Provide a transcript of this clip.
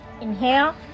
inhale